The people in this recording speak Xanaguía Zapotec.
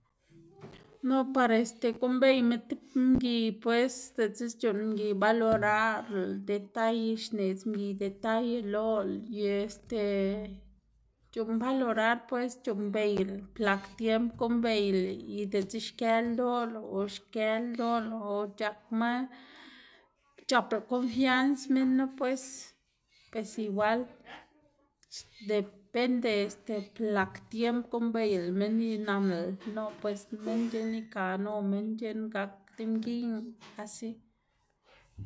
no par este guꞌnnbeyma tib mgiy pues diꞌtse c̲h̲uꞌnn mgiy valorarlá, detalle xneꞌdz mgiy detalle lolá y este c̲h̲uꞌnn valorar pues, c̲h̲uꞌnnbeylá blak tiemb guꞌnnbeylá y diꞌtse xkë loꞌlá o xkë ldoꞌlá o c̲h̲akma o c̲h̲aplá konfianz minnu pues, pues igual depende blak tiemb guꞌnnbeylá minn y nanlá no pues minn c̲h̲eꞌn ikaná o minn c̲h̲eꞌn gak demgiyná asi.